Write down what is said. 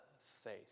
faith